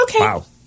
okay